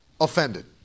offended